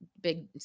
big